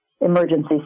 emergency